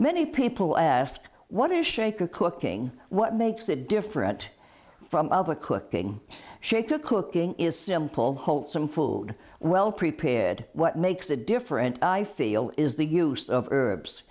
many people ask what is shaken cooking what makes it different from other cooking cooking is simple wholesome food well prepared what makes it different i feel is the use of herbs